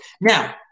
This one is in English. Now